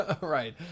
Right